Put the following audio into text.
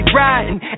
riding